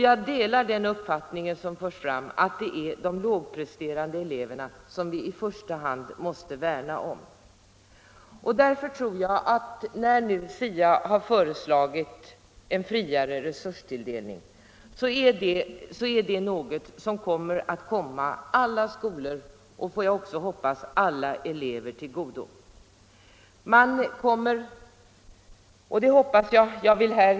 Jag delar den uppfattning som har förts fram att det är de lågpresterande eleverna som vi i första hand måste värna om. SIA har nu föreslagit en friare resurstilldelning, och jag tror att den kommer att bli till godo för alla skolor och, hoppas jag, alla elever.